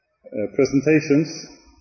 presentations